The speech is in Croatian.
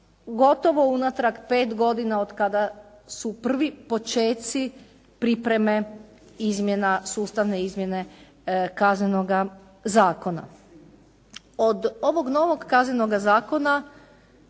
gotovo unatrag pet godina otkada su prvi počeci pripreme izmjena, sustavne izmjene Kaznenoga zakona. Od ovog novog Kaznenoga zakona